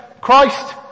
Christ